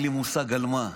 אין לי מושג על מה.